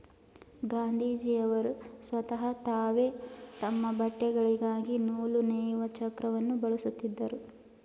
ಗಾಂಧೀಜಿಯವರು ಸ್ವತಹ ತಾವೇ ತಮ್ಮ ಬಟ್ಟೆಗಳಿಗಾಗಿ ನೂಲು ನೇಯುವ ಚಕ್ರವನ್ನು ಬಳಸುತ್ತಿದ್ದರು